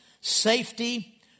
safety